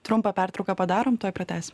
trumpą pertrauką padarom tuoj pratęsim